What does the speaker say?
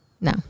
no